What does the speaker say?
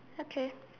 okay